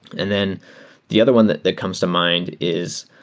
and then the other one that that comes to mind is,